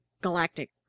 galactic